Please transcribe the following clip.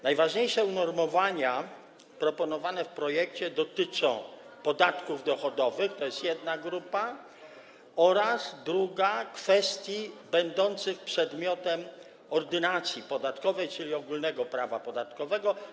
Najważniejsze unormowania proponowane w projekcie dotyczą podatków dochodowych, to jest jedna grupa, oraz, to grupa druga, kwestii będących przedmiotem Ordynacji podatkowej, czyli ogólnego prawa podatkowego.